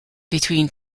between